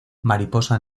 mariposa